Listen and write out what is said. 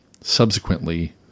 subsequently